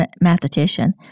mathematician